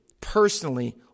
personally